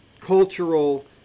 cultural